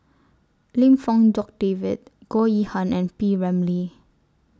Lim Fong Jock David Goh Yihan and P Ramlee